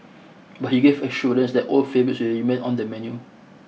but he gave assurance that old favourites will remain on the menu